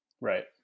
right